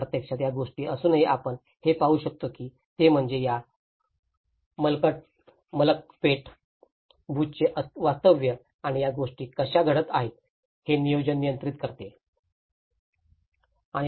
परंतु प्रत्यक्षात या गोष्टी असूनही आपण जे पाहू शकतो ते म्हणजे या मलकपेट भुजचे वास्तव आणि या गोष्टी कशा घडत आहेत हे नियोजन नियंत्रित करते